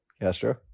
Castro